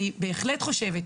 אני בהחלט חושבת,